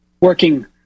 working